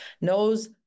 knows